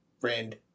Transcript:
friend